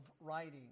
writing